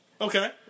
Okay